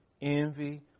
envy